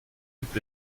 gibt